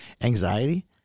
anxiety